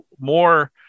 more